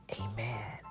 Amen